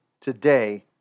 today